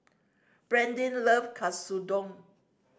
Brandin loves Katsudon